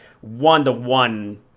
one-to-one